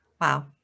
Wow